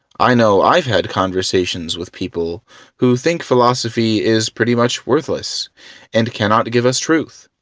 i know i've had conversations with people who think philosophy is pretty much worthless and cannot give us truth.